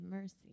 mercy